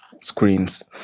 screens